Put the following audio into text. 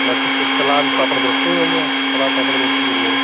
बाक़ी उसमें सलाद पापड़ रखते ही होंगे आप सलाद पापड़ रोटी जो भी है